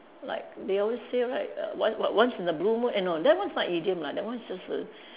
like they always say right err o~ once in a blue moon eh no that one is not an idiom lah that one is just a